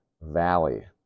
valley